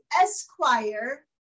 esquire